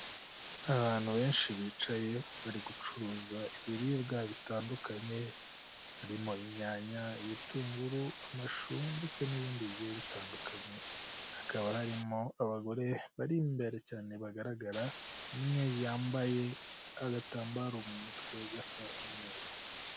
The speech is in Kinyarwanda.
Abantu benshi bicaye bari gucuruza ibiribwa bitandukanye harimo; inyanya, ibitunguru, amashu ndetse n'ibindi bintu bitandukanye hakaba harimo abagore bari imbere cyane bagaragara, umwe yambaye agatambaro mu mutwe gasa umweru.